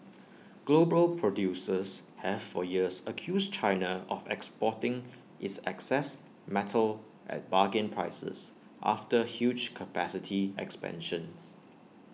global producers have for years accused China of exporting its excess metal at bargain prices after huge capacity expansions